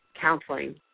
counseling